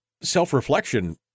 self-reflection